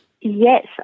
Yes